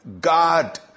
God